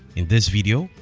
in this video,